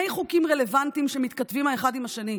חוקים רלוונטיים שמתכתבים האחד עם השני,